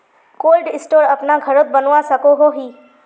Cold store अपना घोरोत बनवा सकोहो ही?